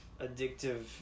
addictive